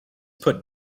put